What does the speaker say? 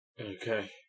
Okay